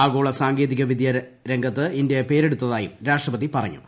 ആഗോള സാങ്കേതിക വിദ്യ രംഗത്ത് ഇന്ത്യ പേരെടുത്തായും രാഷ്ട്രപതി പറഞ്ഞു